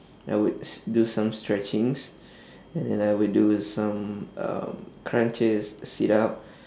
I would s~ do some stretchings and then I would do some um crunches sit up